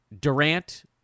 Durant